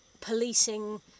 policing